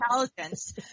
intelligence